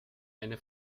eine